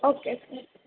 okay